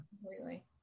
Completely